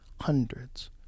Hundreds